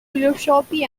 philosophy